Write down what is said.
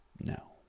no